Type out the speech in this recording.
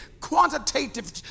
quantitative